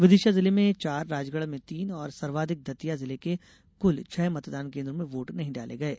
विदिशा जिले में चार राजगढ़ में तीन और सर्वाधिक दतिया जिले के कूल छह मतदान केन्द्रों में वोट नहीं डाले गये